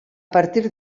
partir